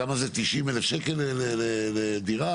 כמה כסף לחיזוק דירות?